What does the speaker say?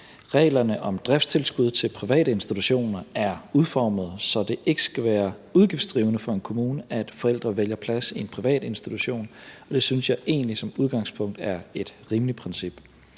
Reglerne om driftstilskud til private institutioner er udformet, så det ikke skal være udgiftsdrivende for en kommune, at forældre vælger plads i en privat institution, og det synes jeg egentlig som udgangspunkt er et rimeligt princip.